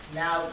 now